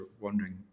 wondering